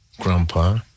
Grandpa